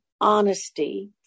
honesty